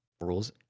rules